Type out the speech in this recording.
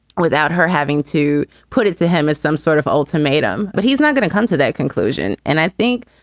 without her having to put it to him as some sort of ultimatum. but he's not going to come to that conclusion and i think,